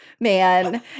man